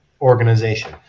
organization